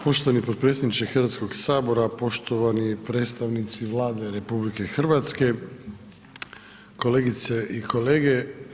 Poštovani potpredsjedniče Hrvatskoga sabora, poštovani predstavnici Vlade RH, kolegice i kolege.